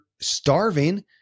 starving